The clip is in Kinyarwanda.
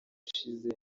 ushize